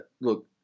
look